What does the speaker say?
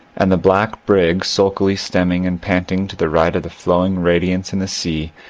and the black brig sulkily stemming and panting to the right of the flowing radiance in the sea,